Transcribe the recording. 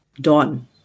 dawn